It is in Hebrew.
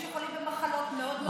לילדים שחולים במחלות מאוד מאוד קשות.